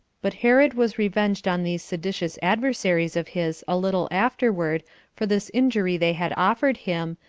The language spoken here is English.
but herod was revenged on these seditious adversaries of his a little afterward for this injury they had offered him,